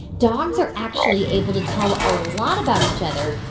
dogs are actually able to tell a lot about each other,